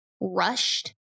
rushed